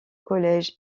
collège